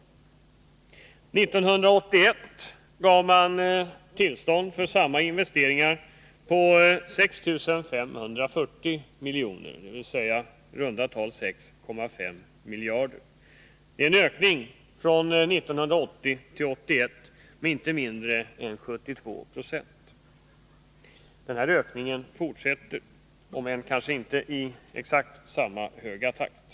År 1981 gav riksbanken tillstånd till sådana investeringar för 6 540 milj.kr., dvs. i runt tal 6,5 miljarder, en ökning från 1980 till 1981 med inte mindre än 72 Ze. Denna ökning fortsätter om än inte i exakt samma höga takt.